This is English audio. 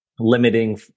Limiting